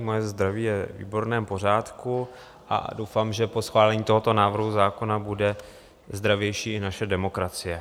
Moje zdraví je ve výborném pořádku a doufám, že po schválení tohoto návrhu zákona bude zdravější i naše demokracie.